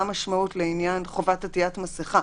מטר לעניין חובת עטיית מסכה.